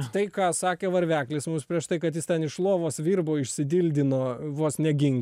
štai ką sakė varveklis mums prieš tai kad jis ten iš lovos virbų išsidildino vos ne gink